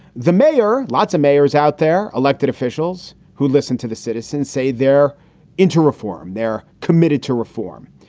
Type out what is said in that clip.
the mayor. lots of mayors out there, elected officials who listen to the citizens say they're into reform. they're committed to reform.